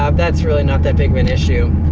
um that's really not that big of an issue.